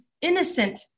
innocent